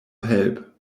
help